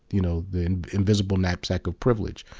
you know the invisible knapsack of privilege.